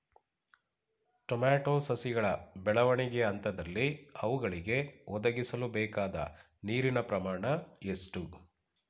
Tomato ಸಸಿಗಳ ಬೆಳವಣಿಗೆಯ ಹಂತದಲ್ಲಿ ಅವುಗಳಿಗೆ ಒದಗಿಸಲುಬೇಕಾದ ನೀರಿನ ಪ್ರಮಾಣ ಎಷ್ಟು?